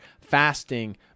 fasting